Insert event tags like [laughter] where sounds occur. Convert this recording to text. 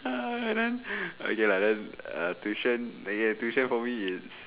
[noise] and then [noise] okay lah then uh tuition okay tuition probably is